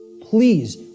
Please